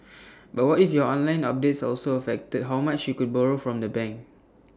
but what if your online updates also affected how much you could borrow from the bank